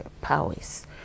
powers